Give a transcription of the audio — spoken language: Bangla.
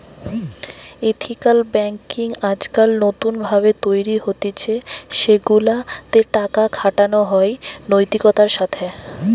এথিকাল বেঙ্কিং আজকাল নতুন ভাবে তৈরী হতিছে সেগুলা তে টাকা খাটানো হয় নৈতিকতার সাথে